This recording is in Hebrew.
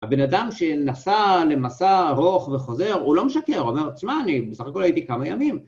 הבן אדם שנסע למסע ארוך וחוזר, הוא לא משקר, הוא אומר, תשמע, אני בסך הכול הייתי כמה ימים.